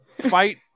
fight